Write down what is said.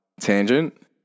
tangent